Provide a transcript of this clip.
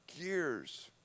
gears